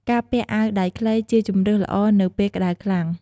ការពាក់អាវដៃខ្លីជាជម្រើសល្អនៅពេលក្តៅខ្លាំង។